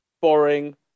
boring